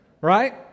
right